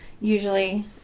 usually